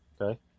Okay